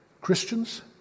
Christians